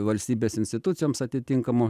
valstybės institucijoms atitinkamu